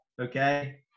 okay